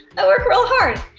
i work real hard.